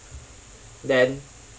then